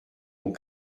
ont